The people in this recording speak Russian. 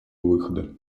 выхода